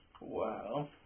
Wow